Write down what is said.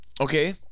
Okay